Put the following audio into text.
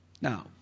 Now